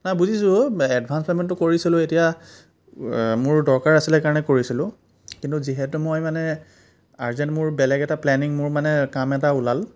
বুজিছোঁ এডভান্স পে'মেন্টতো কৰিছিলোঁ এতিয়া মোৰ দৰকাৰ আছিলে কাৰণে কৰিছিলোঁ কিন্তু যিহেতু মই মানে আৰ্জেণ্ট মোৰ বেলেগ এটা প্লেনিং মোৰ মানে কাম এটা ওলাল